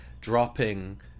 dropping